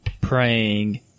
praying